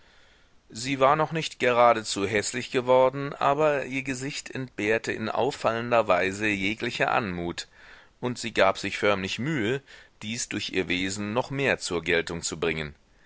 sie war noch nicht geradezu häßlich geworden aber ihr gesicht entbehrte in auffallender weise jeglicher anmut und sie gab sich förmlich mühe dies durch ihr wesen noch mehr zur geltung zu bringen